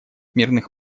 мирных